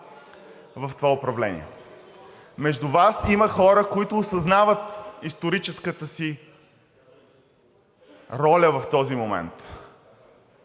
в това управление. Между Вас има хора, които осъзнават историческата си роля в този момент,